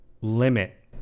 limit